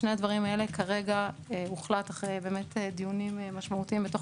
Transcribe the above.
את שני הדברים האלה כרגע הוחלט אחרי דיונים משמעותיים בתוך